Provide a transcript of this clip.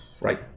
right